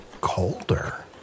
colder